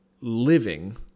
living